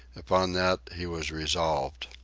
upon that he was resolved.